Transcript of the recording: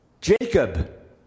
Jacob